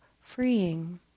freeing